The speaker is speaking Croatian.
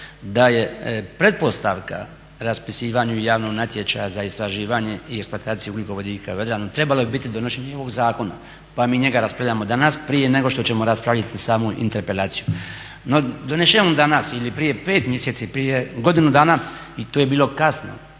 da je pretpostavka raspisivanju javnog natječaja za istraživanje i eksploataciju ugljikovodika u Jadranu trebalo bi biti donošenje ovog zakona. Pa mi njega raspravljamo danas prije nego što ćemo raspraviti samu interpelaciju. No, donesen on danas ili prije pet mjeseci, prije godinu dana i to je bilo kasno.